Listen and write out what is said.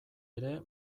ere